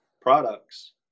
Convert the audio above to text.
products